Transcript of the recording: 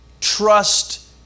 Trust